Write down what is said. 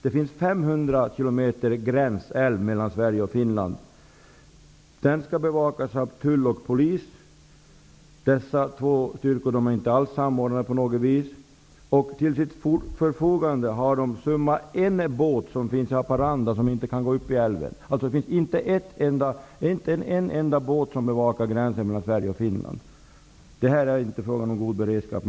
Det finns 500 km älv på gränsen mellan Sverige och Finland. Den skall bevakas av tull och polis. Dessa två styrkor är inte alls samordnade. Till sitt förfogande har de en båt. Den finns i Haparanda, och den kan inte gå upp i älven. Det finns alltså inte en enda båt som bevakar gränsen mellan Sverige och Finland. Det här är inte fråga om någon god beredskap.